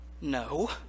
No